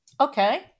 Okay